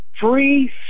Free